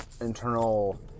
internal